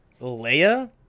Leia